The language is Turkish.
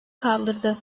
kaldırdı